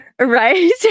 Right